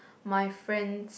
my friend